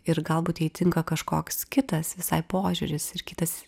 ir galbūt jai tinka kažkoks kitas visai požiūris ir kitas